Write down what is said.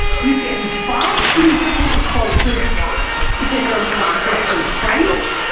you get vastly different responses depending on how the question is phrased,